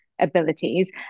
abilities